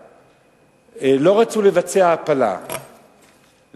שבקנדה לא רצו לבצע הפלה לאשתו.